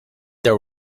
there